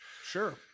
Sure